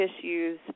issues